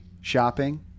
shopping